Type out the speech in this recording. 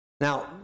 Now